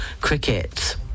cricket